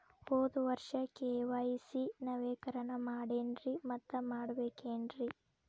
ಹೋದ ವರ್ಷ ಕೆ.ವೈ.ಸಿ ನವೇಕರಣ ಮಾಡೇನ್ರಿ ಮತ್ತ ಮಾಡ್ಬೇಕೇನ್ರಿ?